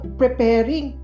preparing